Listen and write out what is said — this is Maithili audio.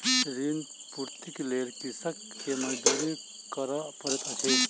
ऋण पूर्तीक लेल कृषक के मजदूरी करअ पड़ैत अछि